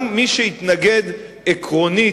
גם מי שהתנגד עקרונית,